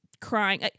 crying